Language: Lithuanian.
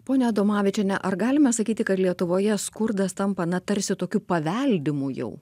ponia adomavičiene ar galima sakyti kad lietuvoje skurdas tampa na tarsi tokių paveldimų jau